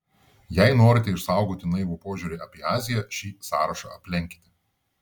jei norite išsaugoti naivų požiūrį apie aziją šį sąrašą aplenkite